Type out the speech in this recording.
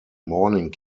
morning